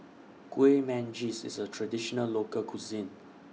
Kueh Manggis IS A Traditional Local Cuisine